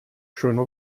schöne